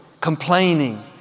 complaining